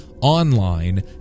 online